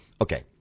Okay